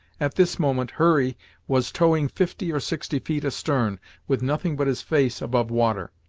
at this moment hurry was towing fifty or sixty feet astern, with nothing but his face above water.